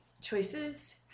choices